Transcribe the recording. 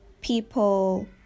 people